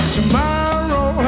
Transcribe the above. Tomorrow